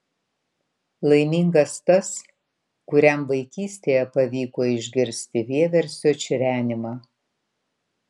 laimingas tas kuriam vaikystėje pavyko išgirsti vieversio čirenimą